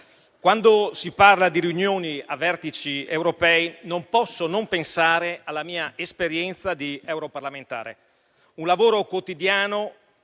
quando si parla di riunioni ai vertici europei non posso non pensare alla mia esperienza di europarlamentare: un lavoro quotidiano